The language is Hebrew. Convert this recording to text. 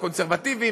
הקונסרבטיבים,